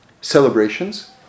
celebrations